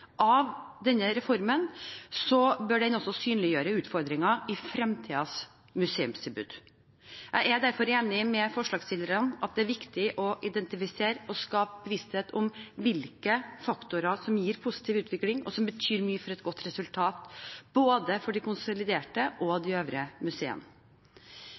av denne reformen, bør den også synliggjøre utfordringen i fremtidens museumstilbud. Jeg er derfor enig med forslagsstillerne i at det er viktig å identifisere og skape bevissthet om hvilke faktorer som gir positiv utvikling, og som betyr mye for et godt resultat, både for de konsoliderte museene og for de øvrige museene.